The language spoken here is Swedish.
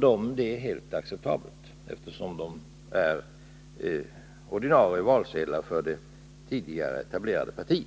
Det är fullt acceptabelt, eftersom de är ordinarie valsedlar för det tidigare etablerade partiet.